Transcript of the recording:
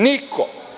Niko.